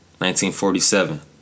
1947